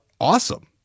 awesome